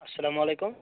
اسلامُ علیکُم